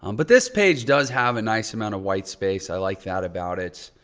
um but this page does have a nice amount of white space. i like that about it.